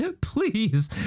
Please